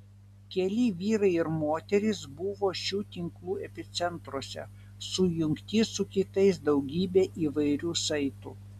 keli vyrai ir moterys buvo šių tinklų epicentruose sujungti su kitais daugybe įvairių saitų